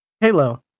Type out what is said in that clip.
Halo